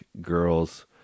girls